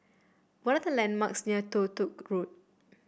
what are the landmarks near Toh Tuck Road